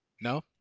No